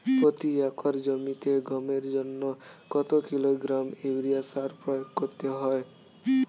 প্রতি একর জমিতে গমের জন্য কত কিলোগ্রাম ইউরিয়া সার প্রয়োগ করতে হয়?